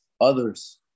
others